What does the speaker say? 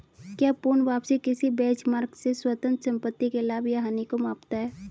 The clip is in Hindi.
क्या पूर्ण वापसी किसी बेंचमार्क से स्वतंत्र संपत्ति के लाभ या हानि को मापता है?